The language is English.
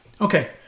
Okay